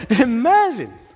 Imagine